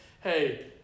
hey